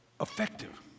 effective